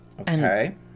Okay